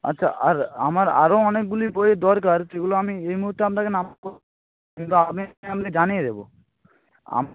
আচ্ছা আর আমার আরও অনেকগুলি বইয়ের দরকার যেগুলো আমি এই মুহূর্তে আপনাকে কিন্তু আমি জানিয়ে দেবো আম